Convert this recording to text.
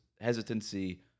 hesitancy